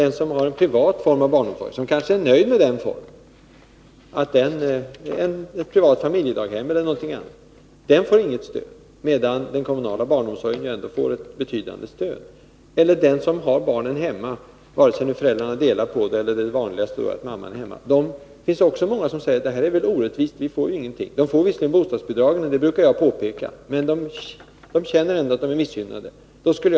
De som har en privat barnomsorg, t.ex. ett privat familjedaghem, och kanske är nöjda med den får inget stöd. Den kommunala barnomsorgen får däremot ett betydande stöd. De som har barnen hemma, vare sig föräldrarna delar på vården eller mamman är hemma, vilket är det vanligaste, säger kanske att det är orättvist, att ”vi får ingenting”. De får visserligen bostadsbidrag, som jag brukar påpeka, men de känner ändå att de är missgynnade.